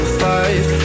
five